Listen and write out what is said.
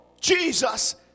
Jesus